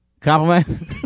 Compliment